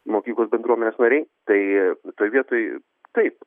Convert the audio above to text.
mokyklos bendruomenės nariai tai toj vietoj taip